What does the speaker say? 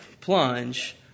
plunge